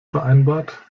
vereinbart